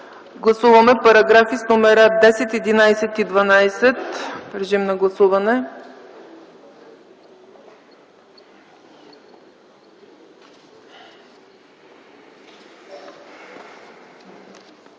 Гласуваме параграфи с номера 10, 11 и 12. Режим на гласуване.